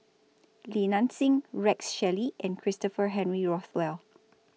Li Nanxing Rex Shelley and Christopher Henry Rothwell